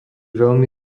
veľmi